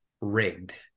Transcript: rigged